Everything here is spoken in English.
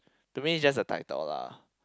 to me it just a title lah